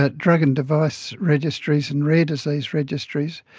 ah drug and device registries and rare disease registries.